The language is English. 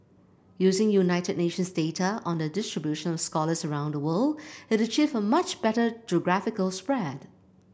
using United Nations data on the distribution of scholars around the world it achieved a much better geographical spread